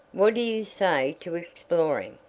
what do you say to exploring?